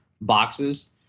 boxes